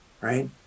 Right